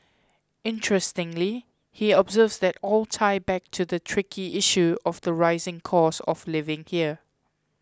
interestingly he observes they all tie back to the tricky issue of the rising cost of living here